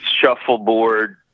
shuffleboard